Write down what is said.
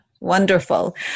Wonderful